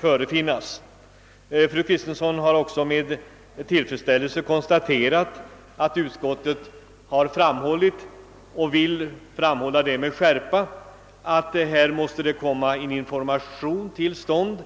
förefinnas i viss mån är Överdrivna. Fru Kristensson har med tillfredsställelse konstaterat, att utskottet med skärpa har framhållit att en information här måste komma till stånd.